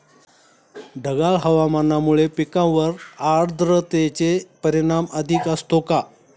ढगाळ हवामानामुळे पिकांवर आर्द्रतेचे परिणाम अधिक असतो का?